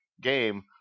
game